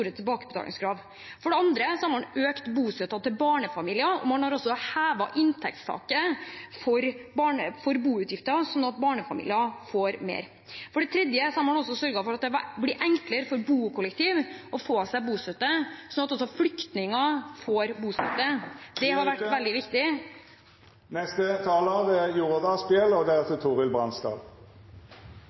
store tilbakebetalingskrav. For det andre har man økt bostøtten til barnefamilier, og man har også hevet inntektstaket for boutgifter, slik at barnefamilier får mer. For det tredje har man også sørget for at det blir enklere for bokollektiv å få bostøtte, slik at også flyktninger får bostøtte. Det har vært veldig viktig. Tida er